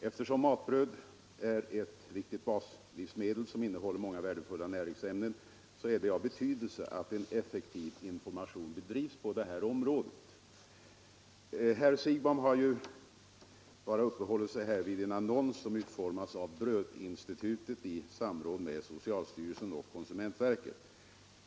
Eftersom matbröd är ett viktigt baslivsmedel, som innehåller många värdefulla näringsämnen, är det av stor betydelse att en effektiv information bedrivs på det här området. Herr Siegbahn har här bara uppehållit sig vid en annons som utformats av Brödinstitutet i samråd med socialstyrelsen och konsumentverket.